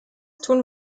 tun